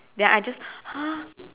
then I just !huh!